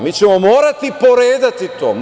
Mi ćemo morati poređati to.